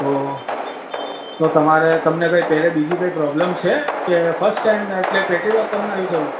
તો તો તમારે તમને કંઈ પહેલે બીજી કઈં પ્રોબ્લમ છે કે ફસ્ટ ટાઇમ એટલે પહેલી વાર તમને આવું થયું